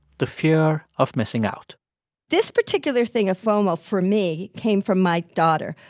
the fear of missing out this particular thing of fomo for me came from my daughter.